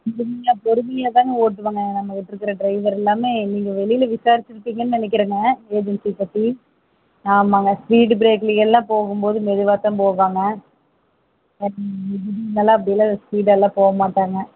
இங்கே பொறுமையாக தாங்க ஓட்டுவாங்க நம்ம போட்டுருக்கிற ட்ரைவர் எல்லாமே நீங்கள் வெளியில விசாரிச்சுருப்பீங்கனு நினைக்கிறேங்க ஏஜென்சி பற்றி ஆமாம்ங்க ஸ்பீடு ப்ரேக்ல எல்லாம் போகும் போது மெதுவாக தான் போவாங்க அப்படியெல்லாம் ஸ்பீடாகலாம் போக மாட்டாங்க